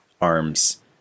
arms